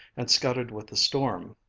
and scudded with the storm.